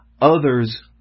others